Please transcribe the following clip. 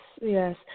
yes